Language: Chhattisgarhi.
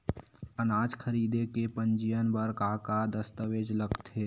अनाज खरीदे के पंजीयन बर का का दस्तावेज लगथे?